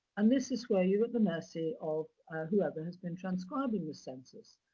and this is where you're at the mercy of whoever has been transcribing the census.